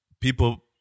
People